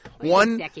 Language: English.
One